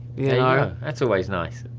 you know. that's always nice,